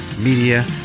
media